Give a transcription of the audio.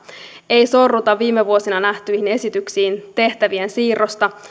ei sorruta viime vuosina nähtyihin esityksiin tehtävien siirrosta